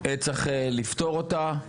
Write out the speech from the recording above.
צריך לפתור אותה.